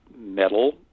metal